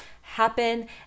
happen